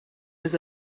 was